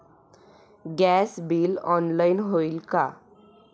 Gas bill online होईल का?